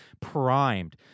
primed